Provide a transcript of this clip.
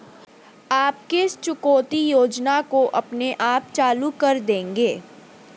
आप किस चुकौती योजना को अपने आप चालू कर देंगे?